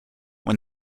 when